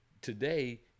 today